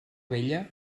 vella